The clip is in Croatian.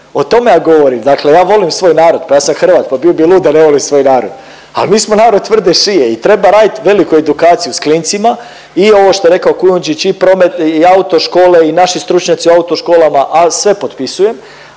o tome ja govorim. Dakle, ja volim svoj narod, pa ja sam Hrvat pa bio bi lud da ne volim svoj narod, al mi smo narod tvrde šije i treba radit veliku edukaciju s klincima i ovo što je rekao Kujundžić i promet i autoškole i naši stručnjaci u autoškolama, a sve potpisujem,